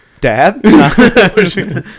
Dad